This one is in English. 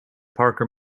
parker